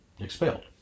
expelled